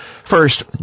First